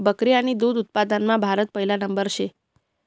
बकरी आणि दुध उत्पादनमा भारत पहिला नंबरवर शे